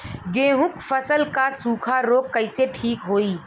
गेहूँक फसल क सूखा ऱोग कईसे ठीक होई?